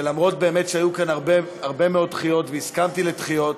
שלמרות שהיו כאן הרבה מאוד דחיות והסכמתי לדחיות,